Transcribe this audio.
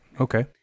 Okay